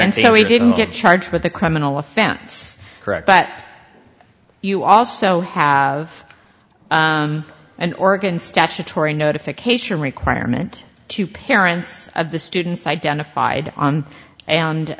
he didn't get charged with a criminal offense correct that you also have an oregon statutory notification requirement to parents of the students identified on and